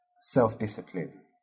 self-discipline